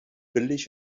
billig